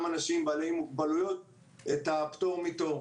אנשים בעלי מוגבלויות את הפטור מתור.